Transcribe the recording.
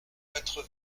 quatre